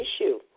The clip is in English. issue